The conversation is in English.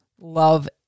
love